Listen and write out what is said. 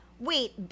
Wait